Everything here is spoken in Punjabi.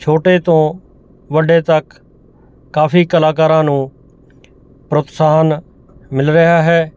ਛੋਟੇ ਤੋਂ ਵੱਡੇ ਤੱਕ ਕਾਫੀ ਕਲਾਕਾਰਾਂ ਨੂੰ ਪ੍ਰੋਤਸਾਹਨ ਮਿਲ ਰਿਹਾ ਹੈ